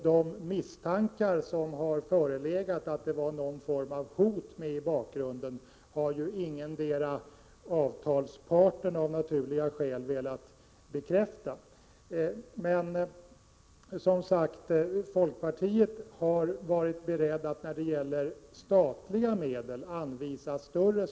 De misstankar som har förelegat om någon form av hot i bakgrunden har ingendera avtalsparten, av naturliga skäl, velat bekräfta. Men folkpartiet har, som sagt, varit berett att anvisa större statliga medel.